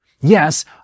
Yes